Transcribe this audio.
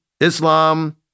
Islam